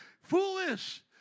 Foolish